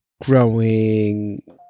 growing